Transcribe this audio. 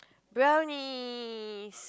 brownies